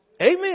Amen